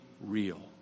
real